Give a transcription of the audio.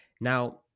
now